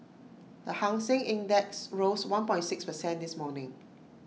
the hang Seng index rose one point six per cent this morning